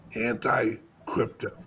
anti-crypto